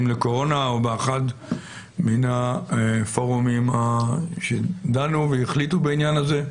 לקורונה או באחד מן הפורומים שדנו והחליטו בעניין הזה?